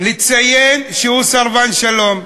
לציין שהוא סרבן שלום.